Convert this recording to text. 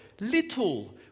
little